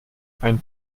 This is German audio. ein